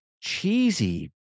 cheesy